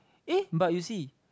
eh but you see